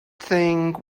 think